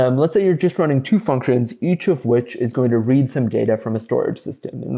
ah and let's say you're just running two functions each of which is going to read some data from a storage system.